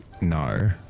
No